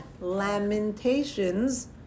Lamentations